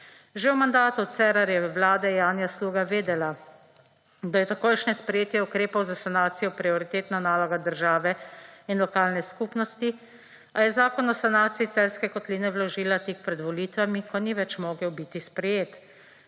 Že v mandatu Cerarjeve vlade je Janja Sluga vedela, da je takojšnje sprejetje ukrepov za sanacijo prioritetna naloga države in lokalne skupnosti, a je zakon o sanaciji Celjske kotline vložila tik pred volitvami, ko ni več mogel biti sprejet.